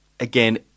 Again